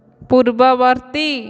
ପୂର୍ବବର୍ତ୍ତୀ